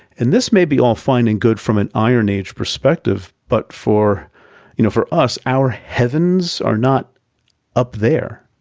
and this may be all fine and good from an iron age perspective, but for you know for us, our heavens are not up there.